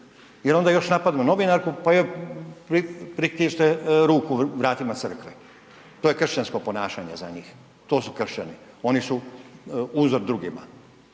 jel onda još napadnu novinarku pa joj pritisne ruku vratima crkve. To je kršćansko ponašanje za njih, to su Kršćani, oni su uzor drugima.